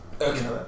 Okay